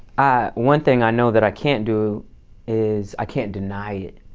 one thing i know that i can't do is i can't deny it.